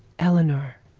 eleanor!